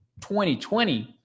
2020